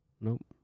Nope